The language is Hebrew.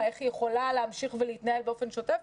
איך היא יכולה להמשיך ולהתנהל באופן שוטף,